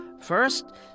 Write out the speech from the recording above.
First